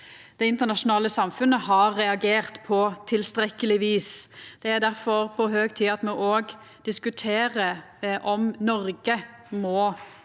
det internasjonale samfunnet har reagert på tilstrekkeleg vis. Det er difor på høg tid at me òg diskuterer om Noreg må